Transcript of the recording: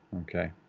Okay